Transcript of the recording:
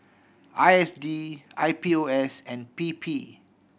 I S D I P O S and P P